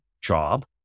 job